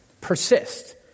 persist